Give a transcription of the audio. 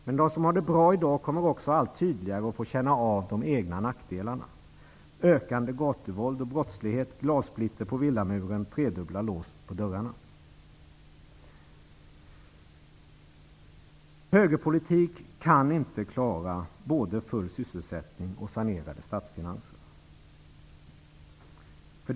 Men de som har det bra i dag kommer också att allt tydligare få känna av de egna nackdelarna: ökande gatuvåld och brottslighet, glassplitter på villamuren, tredubbla lås på dörrarna. Högerpolitik kan inte klara både full sysselsättning och sanerade statsfinanser.